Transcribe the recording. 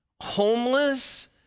homeless